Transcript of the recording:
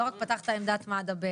לא רק פתחת עמדת מד"א,